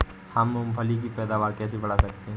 हम मूंगफली की पैदावार कैसे बढ़ा सकते हैं?